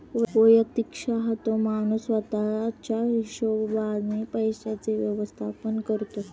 व्यक्तिशः तो माणूस स्वतः च्या हिशोबाने पैशांचे व्यवस्थापन करतो